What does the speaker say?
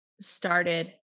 started